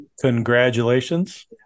Congratulations